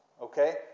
Okay